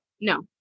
No